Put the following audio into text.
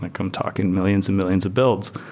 like i'm talking millions and millions of builds.